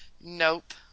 Nope